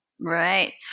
Right